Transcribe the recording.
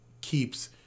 keeps